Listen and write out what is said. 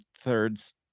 thirds